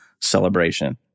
celebration